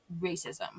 racism